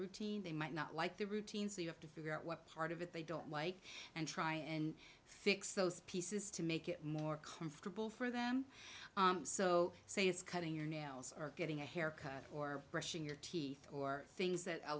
routine they might not like the routine so you have to figure out what part of it they don't like and try and fix those pieces to make it more comfortable for them so say it's cutting your nails are getting a haircut or brushing your teeth or things that a